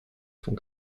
font